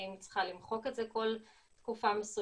האם היא צריכה למחוק את זה כל תקופה מסוימת,